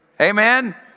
Amen